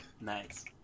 Nice